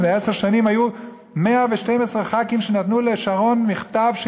לפני עשר שנים 112 חברי כנסת נתנו לשרון מכתב כדי